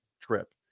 trip